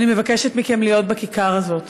אני מבקשת מכם להיות בכיכר הזאת.